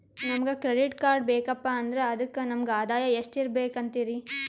ನಮಗ credit card ಬೇಕಪ್ಪ ಅಂದ್ರ ಅದಕ್ಕ ನಮಗ ಆದಾಯ ಎಷ್ಟಿರಬಕು ಅಂತೀರಿ?